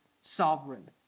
sovereign